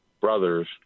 brothers